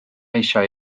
eisiau